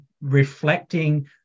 reflecting